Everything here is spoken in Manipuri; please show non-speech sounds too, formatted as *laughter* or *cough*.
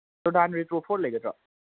ꯖꯣꯔꯗꯥꯟꯒꯤ *unintelligible* ꯂꯩꯒꯗ꯭ꯔꯣ